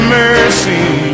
mercy